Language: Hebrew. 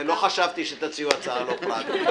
לא חשבתי שתציעו הצעה לא פרקטית.